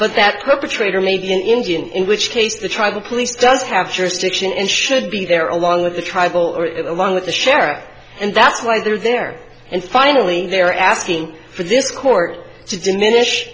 but that perpetrator may be an indian in which case the tribal police does have jurisdiction and should be there along with the tribal or it along with the sheriffs and that's why they're there and finally they're asking for this court to diminish